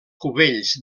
cubells